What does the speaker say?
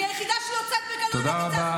אני היחידה שיוצאת בגלוי נגד זה,